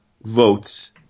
votes